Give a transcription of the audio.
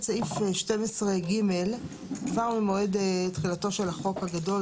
סעיף 12(ג) כבר ממועד תחילתו של החוק הגדול,